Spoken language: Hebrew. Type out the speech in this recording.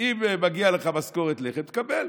אם מגיעה לך משכורת לחם, תקבל.